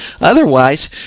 Otherwise